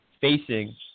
facing